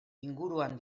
inguruan